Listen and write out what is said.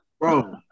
Bro